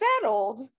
settled